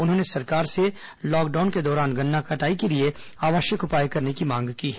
उन्होंने सरकार से लॉकडाउन के दौरान गन्ना कटाई के लिए आवश्यक उपाय करने की मांग की है